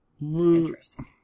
Interesting